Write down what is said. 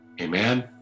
Amen